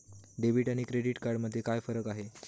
Debit आणि credit card मध्ये काय फरक आहे?